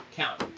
count